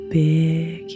big